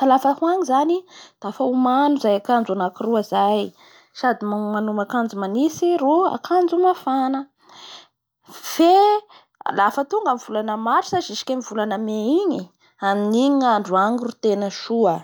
tena hoe voahaja soa zany ny fotoa manitsy sy ny fotoa mana agny. Dafa manomana avao akanjo manitsy sady ankandro mafana fa manomboky amin'ny volana marsa ka jusque amin'ny volana may igny amin'igny ny andro agny ro soa zay